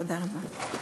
תודה רבה.